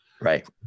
right